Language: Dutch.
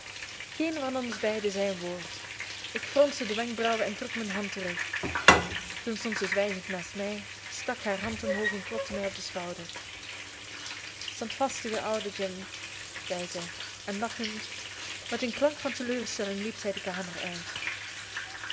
geen van ons beiden zei een woord ik fronste de wenkbrauwen en trok mijn hand terug toen stond zij zwijgend naast mij stak haar hand omhoog en klopte mij op den schouder standvastige oude jim zeide zij en lachend met een klank van teleurstelling liep zij de kamer uit